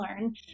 learn